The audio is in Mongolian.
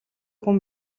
хүн